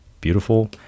beautiful